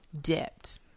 dipped